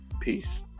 peace